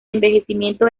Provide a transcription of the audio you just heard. envejecimiento